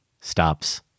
stops